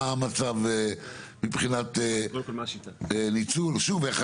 מה המצב מבחינת ניצול?